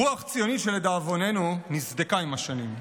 רוח ציונית שלדאבוננו נסדקה עם השנים.